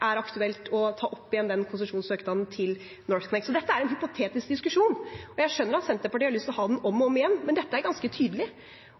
er aktuelt å ta opp igjen den konsesjonssøknaden til NorthConnect. Så dette er en hypotetisk diskusjon. Jeg skjønner at Senterpartiet har lyst til å ha den om og om igjen, men dette er ganske tydelig.